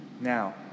Now